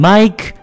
Mike